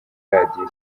radiyo